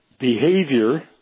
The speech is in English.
behavior